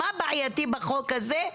מה בעייתי בחוק הזה?